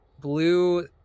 blue